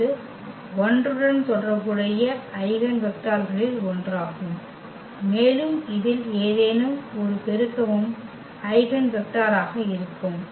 என்பது 1 உடன் தொடர்புடைய ஐகென் வெக்டர்களில் ஒன்றாகும் மேலும் இதில் ஏதேனும் ஒரு பெருக்கமும் ஐகென் வெக்டராக இருக்கும்